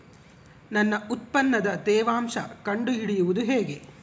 ನನ್ನ ಉತ್ಪನ್ನದ ತೇವಾಂಶ ಕಂಡು ಹಿಡಿಯುವುದು ಹೇಗೆ?